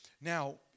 Now